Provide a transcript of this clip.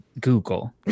Google